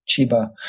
Chiba